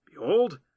Behold